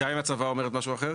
גם אם הצוואה אומרת משהו אחר.